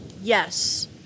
yes